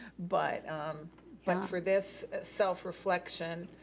but but for this self-reflection,